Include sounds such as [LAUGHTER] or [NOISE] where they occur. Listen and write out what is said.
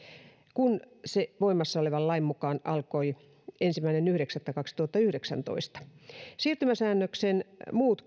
kun se voimassa olevan lain mukaan alkoi ensimmäinen yhdeksättä kaksituhattayhdeksäntoista siirtymäsäännöksen muut [UNINTELLIGIBLE]